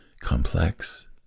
complex